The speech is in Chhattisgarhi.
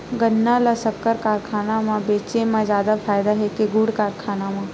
गन्ना ल शक्कर कारखाना म बेचे म जादा फ़ायदा हे के गुण कारखाना म?